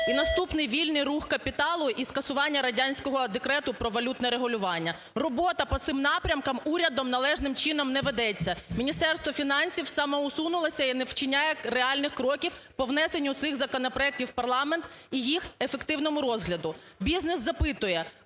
і наступний – вільний рух капіталу і скасування радянського декрету про валютне регулювання. Робота по цим напрямкам урядом належним чином не ведеться. Міністерство фінансів самоусунулося і не вчиняє реальних кроків по внесенню цих законопроектів в парламент і їх ефективному розгляду. Бізнес запитує: